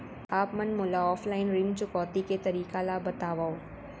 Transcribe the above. आप मन मोला ऑफलाइन ऋण चुकौती के तरीका ल बतावव?